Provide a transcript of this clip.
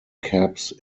caps